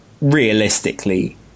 realistically